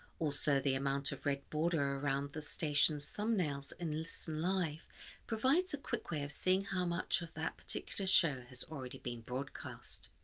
also the amount of red border around the station's thumbnails in listen live provides a quick way of seeing how much of that particular show has already been broadcast.